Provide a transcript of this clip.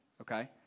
okay